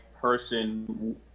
person